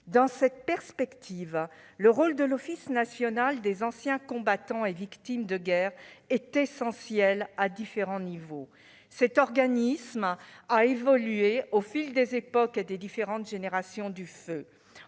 Dans cette perspective, le rôle de l'Office national des anciens combattants et victimes de guerre est essentiel à différents niveaux. Cet organisme a évolué au fil des époques et des différentes générations du feu.